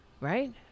right